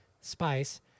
spice